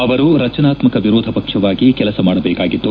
ಅವರು ರಚನಾತ್ಮಕ ವಿರೋಧ ಪಕ್ಷವಾಗಿ ಕೆಲಸ ಮಾಡಬೇಕಾಗಿತ್ತು